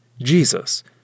Jesus